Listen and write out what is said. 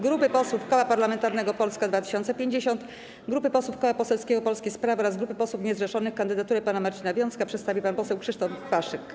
grupy posłów Koła Parlamentarnego Polska 2050, grupy posłów Koła Poselskiego Polskie Sprawy oraz grupy posłów niezrzeszonych kandydaturę pana Marcina Wiącka przedstawi pan poseł Krzysztof Paszyk.